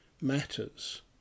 matters